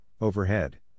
overhead